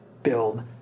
build